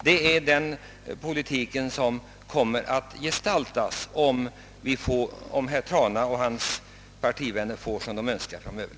Det är den politik som kommer att gestaltas om herr Trana och hans partivänner får som de önskar: framöver.